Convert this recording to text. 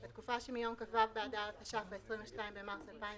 התקופה שמיום כ"ו באדר התש"ף (22 במרס 2020)